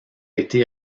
été